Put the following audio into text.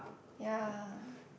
ya